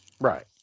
Right